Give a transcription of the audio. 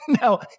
Now